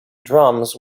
drums